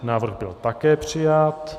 Návrh byl také přijat.